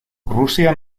rusia